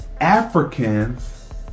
Africans